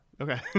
okay